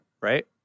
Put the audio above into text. right